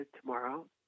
tomorrow